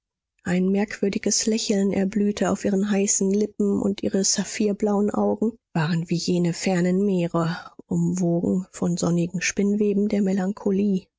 ein merkwürdiges lächeln erblühte auf ihren heißen lippen und ihre saphirblauen augen waren wie jene fernen meere umwoben von sonnigen spinnweben der melancholie